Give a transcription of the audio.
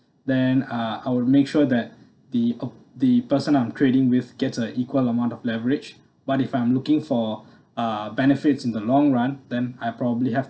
then uh I will make sure that the oh the person I'm trading with gets a equal amount of leverage but if I'm looking for uh benefits in the long run then I probably have